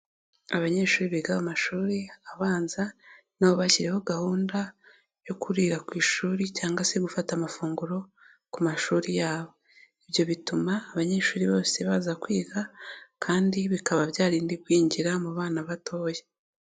Abanyeshuri biga mu mashuri abanza na bo bashyiriweho gahunda yo kurira ku ishuri cyangwa se gufata amafunguro ku mashuri yabo, ibyo bituma abanyeshuri bose baza kwiga kandi bikaba byarinda igwingira mu bana batoya.